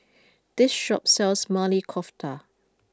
this shop sells Maili Kofta